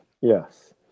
Yes